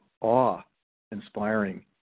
awe-inspiring